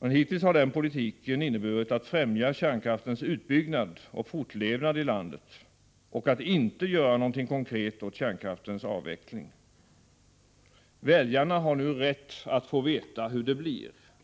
Hittills har den politiken inneburit att främja kärnkraftens utbyggnad och fortlevnad i landet och att inte göra någonting konkret åt kärnkraftens avveckling. Väljarna har nu rätt att få veta hur det blir.